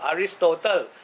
Aristotle